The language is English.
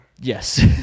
Yes